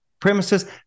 premises